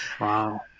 Wow